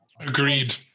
Agreed